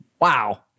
Wow